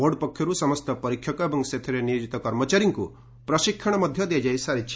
board ପକ୍ଷର୍ଠ ସମସ୍ତ ପରୀକ୍ଷକ ଏବଂ ସେଥିରେ ନିୟୋଜିତ କର୍ମଚାରୀଙ୍କୁ ପ୍ରଶିକ୍ଷଣ ଦିଆଯାଇଛି